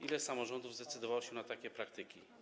Ile samorządów zdecydowało się na takie praktyki?